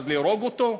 אז להרוג אותו?